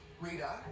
Rita